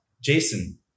Jason